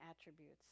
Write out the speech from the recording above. attributes